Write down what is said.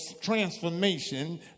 transformation